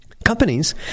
companies